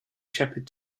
shepherd